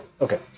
Okay